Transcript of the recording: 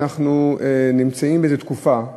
אנחנו נמצאים באיזה תקופה,